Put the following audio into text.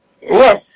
Yes